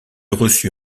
reçut